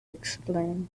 explain